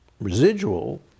residual